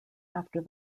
after